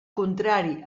contrari